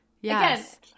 Yes